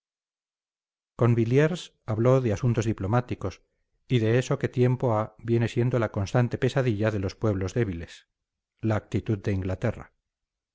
con williers habló de asuntos diplomáticos y de eso que tiempo ha viene siendo la constante pesadilla de los pueblos débiles la actitud de inglaterra